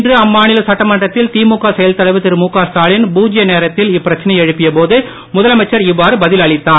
இன்று அம்மாநில சட்டமன்றத்தில் திமுக செயல் தலைவர் திருழுகஸ்டாலின் பூஜ்ய நேரத்தில் இப்பிரச்சனையை எழுப்பிய போது முதலமைச்சர் இவ்வாறு பதில் அளித்தார்